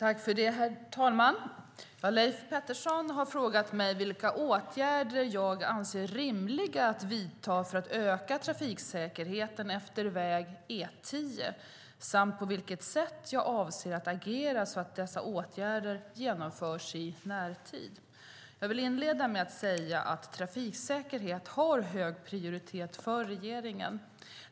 Herr talman! Leif Pettersson har frågat mig vilka åtgärder jag anser rimliga att vidta för att öka trafiksäkerheten efter väg E10 samt på vilket sätt jag avser att agera så att dessa åtgärder genomförs i närtid. Jag vill inleda med att säga att trafiksäkerhet har hög prioritet för regeringen.